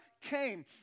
came